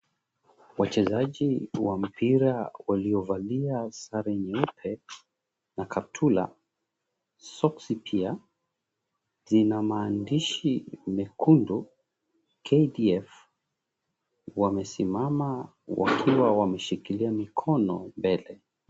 Wachezaji wa mpira waliovalia sare nyeupe na kaptula, soksi pia, zina maandishi mekundu, "KDF", wamesimama wakiwa wameshikilia mikono mbele.